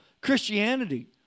Christianity